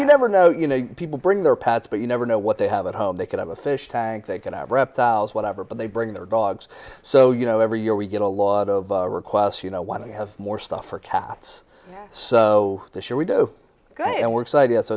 you never know you know people bring their pets but you never know what they have at home they can have a fish tank they can have reptiles whatever but they bring their dogs so you know every year we get a lot of requests you know why don't you have more stuff for cats so the sure we do it works idea so